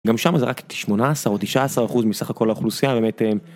גם שם זה רק את 18 או 19 אחוז מסך הכל האוכלוסייה באמת